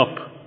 up